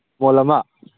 ꯃꯣꯜ ꯑꯃ